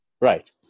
Right